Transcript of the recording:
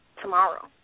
tomorrow